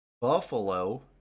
Buffalo